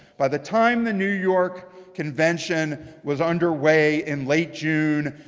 by the time the new york convention was underway in late june,